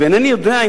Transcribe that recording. ואינני יודע אם